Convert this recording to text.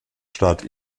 staat